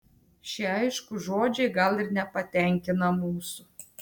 šie aiškūs žodžiai gal ir nepatenkina mūsų